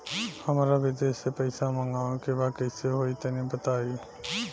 हमरा विदेश से पईसा मंगावे के बा कइसे होई तनि बताई?